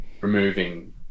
removing